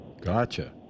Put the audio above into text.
Gotcha